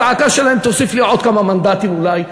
הצעקה שלהם תוסיף לי עוד כמה מנדטים אולי.